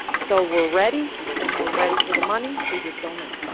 so we're ready and we're ready for the money. we just don't know.